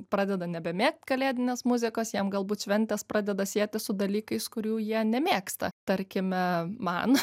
pradeda nebemėgt kalėdinės muzikos jiem galbūt šventės pradeda sietis su dalykais kurių jie nemėgsta tarkime man